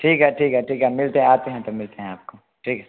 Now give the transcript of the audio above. ठीक है ठीक है ठीक है मिलते हैं आते हैं तो मिलते हैं आपको ठीक है